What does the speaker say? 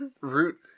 Root